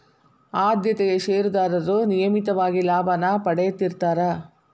ಆದ್ಯತೆಯ ಷೇರದಾರರು ನಿಯಮಿತವಾಗಿ ಲಾಭಾನ ಪಡೇತಿರ್ತ್ತಾರಾ